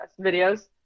videos